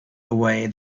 away